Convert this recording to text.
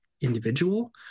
individual